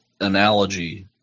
analogy